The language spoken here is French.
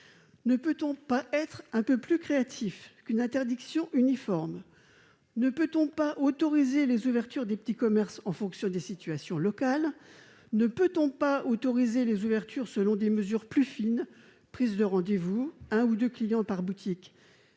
Ne peut-on pas être un peu plus créatif et éviter une interdiction uniforme ? Ne peut-on pas autoriser les ouvertures des petits commerces en fonction des situations locales ? Ne peut-on pas autoriser les ouvertures selon des mesures plus fines, avec, par exemple, des prises